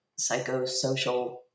psychosocial